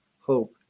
hope